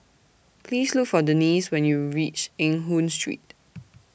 Please Look For Denisse when YOU REACH Eng Hoon Street